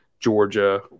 Georgia